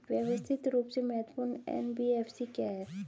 व्यवस्थित रूप से महत्वपूर्ण एन.बी.एफ.सी क्या हैं?